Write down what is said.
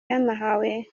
yanahawe